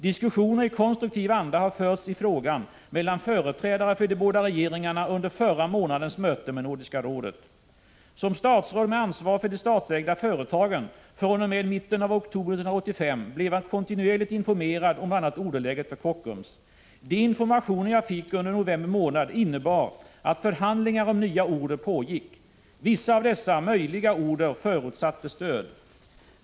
Diskussioner i konstruktiv anda har förts i frågan mellan företrädare för de båda regeringarna under förra månadens möte med Nordiska rådet. Som statsråd med ansvar för de statsägda företagen, fr.o.m. mitten av oktober 1985, blev jag kontinuerligt informerad om bl.a. orderläget för Kockums. De informationer jag fick under november månad innebar att förhandlingar om nya order pågick. Vissa av dessa möjliga order förutsatte stöd.